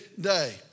day